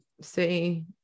say